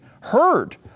heard